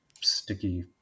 sticky